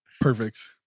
Perfect